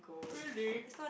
really